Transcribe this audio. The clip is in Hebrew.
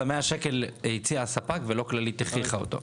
אז מאה השקלים הציע הספק ולא "כללית" הכריחה אותו.